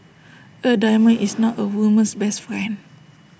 A diamond is not A woman's best friend